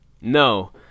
No